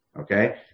Okay